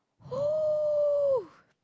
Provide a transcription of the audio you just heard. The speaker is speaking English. !whoo!